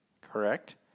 Correct